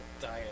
Diet